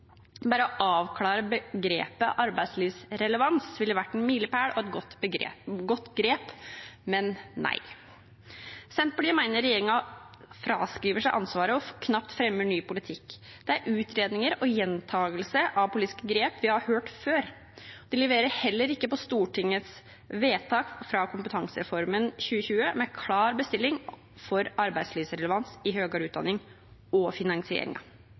Bare å avklare begrepet «arbeidslivsrelevans» ville vært en milepæl og et godt grep – men nei. Senterpartiet mener regjeringen fraskriver seg ansvaret og knapt fremmer ny politikk. Det er utredninger og gjentagelse av politiske grep vi har hørt om før. De leverer heller ikke på Stortingets vedtak fra kompetansereformen 2020 med en klar bestilling om arbeidslivsrelevans i høyere utdanning med tanke på finansiering. Høyre er opptatt av motgang og